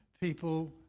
people